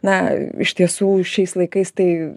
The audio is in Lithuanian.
na iš tiesų šiais laikais tai